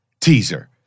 teaser